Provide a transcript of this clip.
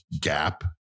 gap